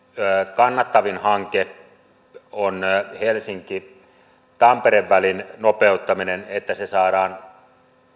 kannattavin hanke on helsinki tampere välin nopeuttaminen että se saadaan